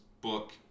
book